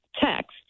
text